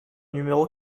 numéro